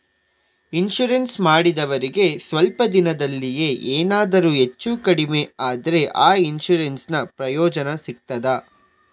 Insurance ಮಾಡಿದವರಿಗೆ ಸ್ವಲ್ಪ ದಿನದಲ್ಲಿಯೇ ಎನಾದರೂ ಹೆಚ್ಚು ಕಡಿಮೆ ಆದ್ರೆ ಆ ಇನ್ಸೂರೆನ್ಸ್ ನ ಪ್ರಯೋಜನ ಸಿಗ್ತದ?